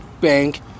bank